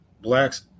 blacks